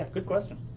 good question.